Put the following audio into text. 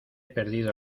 perdido